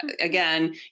again